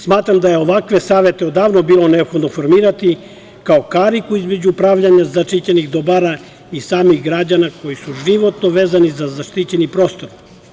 Smatram da je ovakve savete odavno bilo neophodno formirati kao kariku između pravljenja zaštićenih dobara i samih građana koji su životno vezani za zaštićeni prostor.